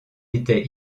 était